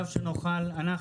קו שנוכל אנחנו,